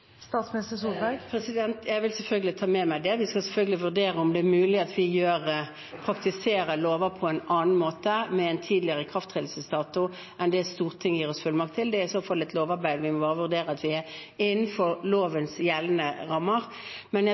Jeg vil selvfølgelig ta med meg det. Vi skal selvfølgelig vurdere om det er mulig at vi praktiserer lover på en annen måte med en tidligere ikrafttredelsesdato enn det Stortinget gir oss fullmakt til. Det er i så fall et lovarbeid – vi må bare vurdere at vi er innenfor lovens gjeldende rammer. Men jeg